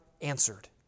answered